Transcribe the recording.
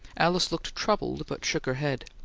alice looked troubled, but shook her head.